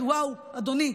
וואו, אדוני.